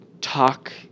talk